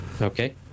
Okay